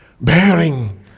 Bearing